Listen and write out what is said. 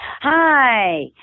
Hi